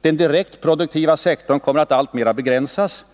den direkt produktiva sektorn kommer att alltmer begränsas.